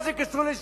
מה זה קשור לש"ס?